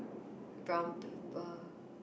brown paper